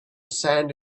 sand